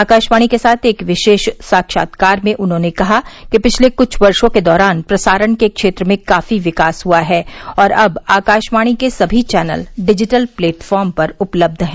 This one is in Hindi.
आकाशवाणी के साथ एक विशेष साक्षात्कार में उन्होंने कहा कि पिछले कुछ वर्षों के र्दारान प्रसारण के क्षेत्र में काफी विकास हुआ है और अब आकाशवाणी के सभी चैनल डिजिटल प्लेटफार्म पर उपलब्ध हैं